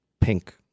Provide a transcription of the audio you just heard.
pink